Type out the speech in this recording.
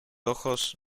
ojos